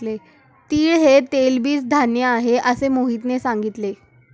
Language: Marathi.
तीळ हे तेलबीज धान्य आहे, असे मोहितने सांगितले